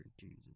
Jesus